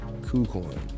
KuCoin